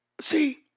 See